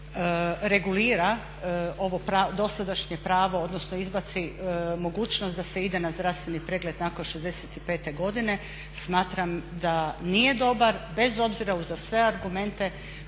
regulira ovo dosadašnje pravo odnosno izbaci mogućnost da se ide na zdravstveni pregled nakon 65 godine. Smatram da nije dobar, bez obzira uz sve argumente